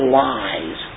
lies